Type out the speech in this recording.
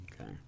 Okay